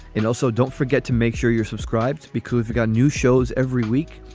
and also, don't forget to make sure you're subscribed because we've got new shows every week.